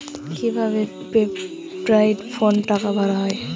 কি ভাবে প্রিপেইড ফোনে টাকা ভরা হয়?